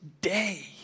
day